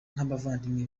nk’abavandimwe